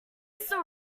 still